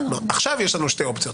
עכשיו יש לנו שתי אופציות,